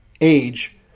age